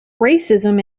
racism